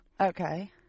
Okay